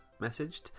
messaged